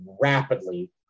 rapidly